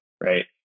right